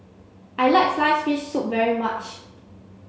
I like sliced fish soup very much